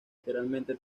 literalmente